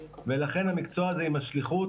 לכן המקצוע הזה עם השליחות,